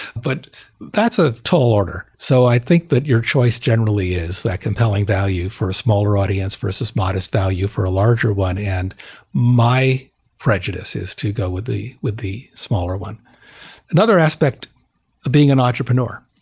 but that's a tall order. so i think that your choice generally is that compelling value for a smaller audience versus modest value for a larger one, and my prejudice is to go with the with the smaller one another aspect of being an entrepreneur